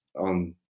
on